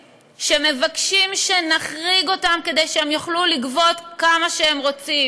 שמבקשים שנחריג אותם כדי שהם יוכלו לגבות כמה שהם רוצים.